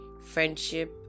friendship